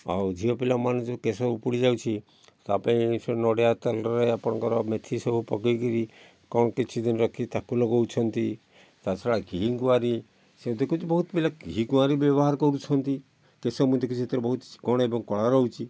ଆଉ ଝିଅ ପିଲାମାନେ ଯେଉଁ କେଶ ଉପୁଡ଼ିଯାଉଛି ତା'ପାଇଁ ସେ ନଡ଼ିଆ ତେଲରେ ଆପଣଙ୍କର ମେଥି ସବୁ ପକେଇକିରି କ'ଣ କିଛିଦିନ ରଖିକି ତାକୁ ଲଗାଉଛନ୍ତି ତା'ଛଡ଼ା ଘିଇଁ କୁଆଁରୀ ସେ ଦେଖୁଛି ବହୁତ ପିଲା ଘି କୁଆଁରୀ ବ୍ୟବହାର କରୁଛନ୍ତି କେଶ ମୁଁ ଦେଖୁଛି ସେଥିରେ ବହୁତ ଚିକ୍କଣ ଏବଂ କଳା ରହୁଛି